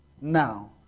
now